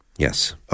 Yes